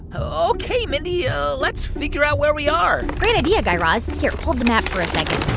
ah ok, mindy, ah let's figure out where we are great idea, guy raz. here. hold the map for a second